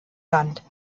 land